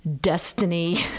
destiny